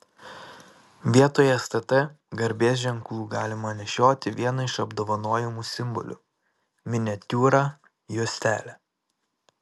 vietoj stt garbės ženklų galima nešioti vieną iš apdovanojimų simbolių miniatiūrą juostelę